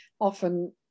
often